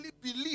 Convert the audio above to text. believe